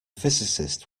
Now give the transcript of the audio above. physicist